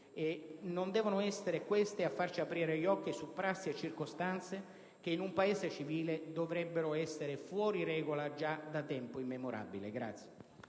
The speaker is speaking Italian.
non devono essere queste a farci aprire gli occhi su prassi e circostanze che in un Paese civile dovrebbero essere fuori regola già da tempo immemorabile.